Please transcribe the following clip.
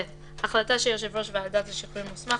"(ב) החלטה שיושב ראש ועדת השחרורים מוסמך